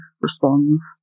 responds